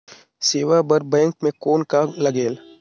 सेवा बर बैंक मे कौन का लगेल?